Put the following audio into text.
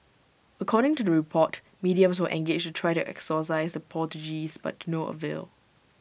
according to the report mediums were engaged to try to exorcise the poltergeists but to no avail